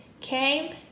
came